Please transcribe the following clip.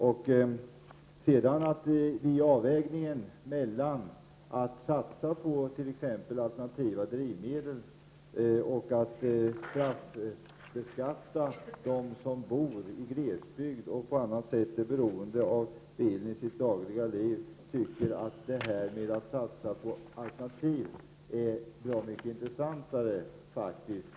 Vid avvägningen mellan att satsa på t.ex. alternativa drivmedel och att straffbeskatta dem som bor i glesbygd och på annat sätt är beroende av bilen i sitt dagliga liv, tycker jag att satsningen på alternativ är bra mycket intressantare.